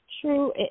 true